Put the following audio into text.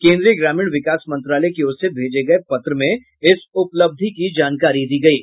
केंद्रीय ग्रामीण विकास मंत्रालय की ओर से भेजे गये पत्र में इस उपलब्धि की जानकारी दी गयी